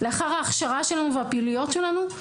לאחר ההכשרה שלנו והפעילויות שלנו,